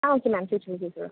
ആ okay ma'am ചോദിച്ചോളൂ ചോദിച്ചോളൂ